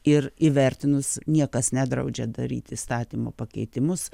ir įvertinus niekas nedraudžia daryti įstatymo pakeitimus